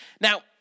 Now